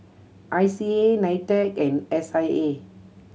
I C A NITEC and S I A